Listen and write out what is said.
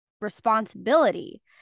responsibility